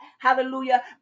hallelujah